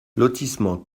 lotissement